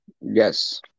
Yes